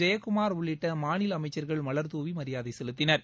ஜெயக்குமார் உள்ளிட்ட மாநில அமைச்சர்கள் மலர்த்தூவி மரியாதை செலுத்தினர்